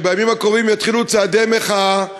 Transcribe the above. שבימים הקרובים יתחילו צעדי מחאה,